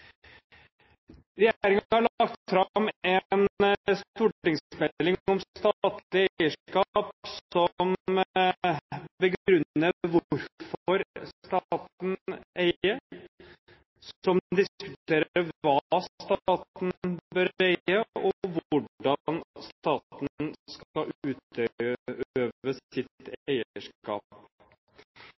har lagt fram en stortingsmelding om statlig eierskap som begrunner hvorfor staten eier, som diskuterer hva staten bør eie og hvordan staten skal utøve sitt eierskap.